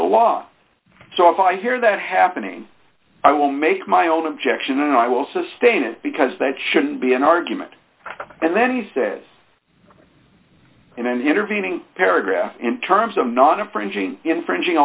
law so if i hear that happening i will make my own objection and i will sustain it because that shouldn't be an argument and then you say in an intervening paragraph in terms of not infringing infringing